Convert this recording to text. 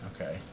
Okay